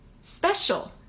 special